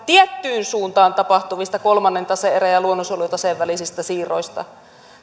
tiettyyn suuntaan tapahtuvista kolmannen tase erän ja luonnonsuojelutaseen välisistä siirroista